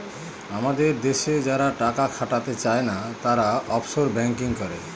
আমাদের দেশে যারা টাকা খাটাতে চাই না, তারা অফশোর ব্যাঙ্কিং করে